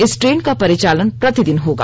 इस ट्रेन का परिचालन प्रतिदिन होगा